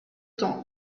temps